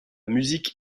musique